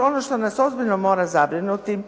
Ono što nas ozbiljno mora zabrinuti,